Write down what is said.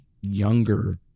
younger